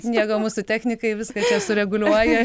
nieko mūsų technikai viską čia sureguliuoja